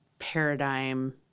paradigm